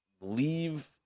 leave